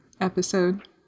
episode